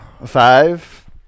Five